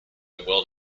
well